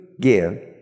give